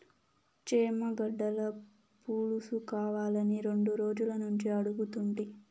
చేమగడ్డల పులుసుకావాలని రెండు రోజులనుంచి అడుగుతుంటి